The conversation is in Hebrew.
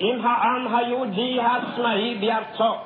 עם העם היהודי העצמאי בארצו."